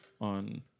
on